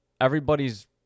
everybody's